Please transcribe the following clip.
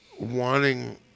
wanting